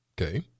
okay